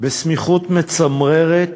בסמיכות מצמררת,